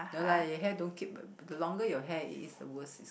no lah your hair don't keep the longer your hair is the worse is